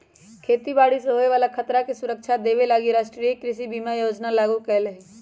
खेती बाड़ी से होय बला खतरा से सुरक्षा देबे लागी राष्ट्रीय कृषि बीमा योजना लागू कएले हइ